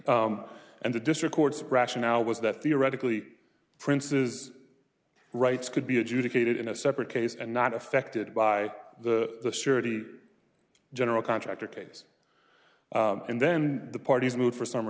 and the district courts rationale was that theoretically prince's rights could be adjudicated in a separate case and not affected by the security general contractor case and then the parties mood for summ